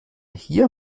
hier